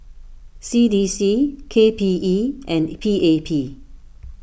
C D C K P E and P A P